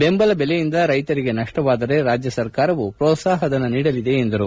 ಬೆಂಬಲ ಬೆಲೆಯಿಂದ ರೈತರಿಗೆ ನಷ್ಷವಾದರೆ ರಾಜ್ಯ ಸರ್ಕಾರವು ಪೋತ್ಸಾಹ ಧನ ನೀಡಲಿದೆ ಎಂದರು